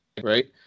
right